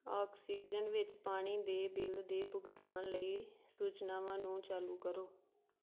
oxygen ਵਿੱਚ ਪਾਣੀ ਦੇ ਬਿੱਲ ਦੇ ਭੁਗਤਾਨ ਲਈ ਸੂਚਨਾਵਾਂ ਨੂੰ ਚਾਲੂ ਕਰੋ